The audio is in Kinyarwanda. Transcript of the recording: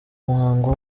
muhango